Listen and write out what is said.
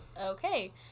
okay